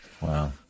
Wow